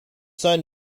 son